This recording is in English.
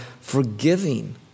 forgiving